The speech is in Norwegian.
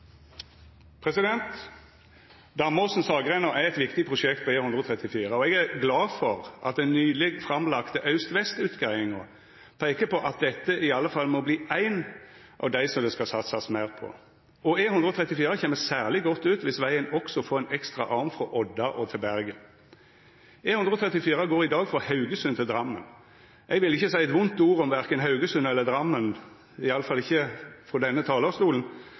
at den nyleg framlagde aust–vest-utgreiinga peiker på at dette iallfall må verta ein av dei det skal satsast meir på. E134 kjem særleg godt ut dersom vegen også får ein ekstra arm frå Odda og til Bergen. E134 går i dag frå Haugesund til Drammen. Eg vil ikkje seia eit vondt ord om verken Haugesund eller Drammen, iallfall ikkje frå denne talarstolen,